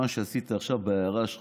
מה שעשית עכשיו בהערה שלך,